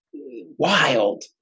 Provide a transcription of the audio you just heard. wild